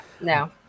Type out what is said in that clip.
No